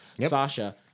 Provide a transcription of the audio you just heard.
Sasha